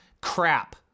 Crap